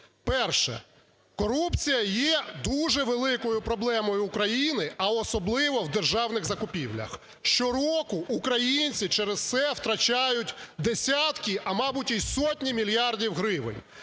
Перше. Корупція є дуже великою проблемою України, а особливо у державних закупівлях. Щороку українці через це втрачають десятки, а мабуть і сотні мільярдів гривень.